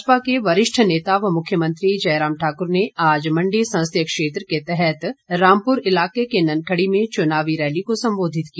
भाजपा के वरिष्ठ नेता व मुख्यमंत्री जयराम ठाकुर ने आज मण्डी संसदीय क्षेत्र के तहत रामपुर इलाके के ननखड़ी में चुनावी रैली को सम्बोधित किया